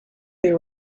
they